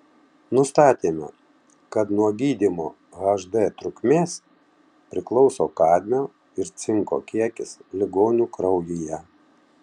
nustatėme kad nuo gydymo hd trukmės priklauso kadmio ir cinko kiekis ligonių kraujyje